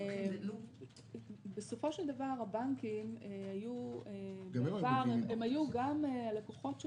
בסופו של דבר הבנקים היו גם הלקוחות של